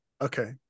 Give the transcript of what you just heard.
Okay